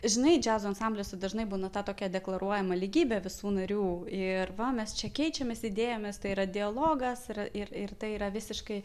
žinai džiazo ansambliuose dažnai būna ta tokia deklaruojama lygybė visų narių ir va mes čia keičiamės idėjomis tai yra dialogas yra ir ir tai yra visiškai